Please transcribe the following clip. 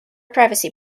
privacy